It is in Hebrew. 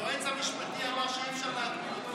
מיכאל, היועץ המשפטי אמר שאי-אפשר להגביל.